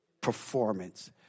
performance